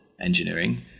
engineering